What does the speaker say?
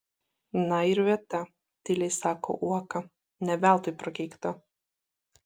na ir vieta tyliai sako uoka ne veltui prakeikta